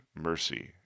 mercy